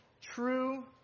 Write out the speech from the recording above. true